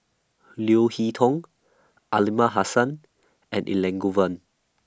Leo Hee Tong Aliman Hassan and Elangovan